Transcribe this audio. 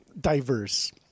diverse